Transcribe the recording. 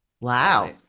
Wow